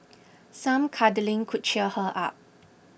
some cuddling could cheer her up